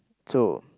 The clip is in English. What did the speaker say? so